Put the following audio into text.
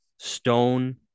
stone